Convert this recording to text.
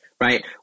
right